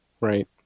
Right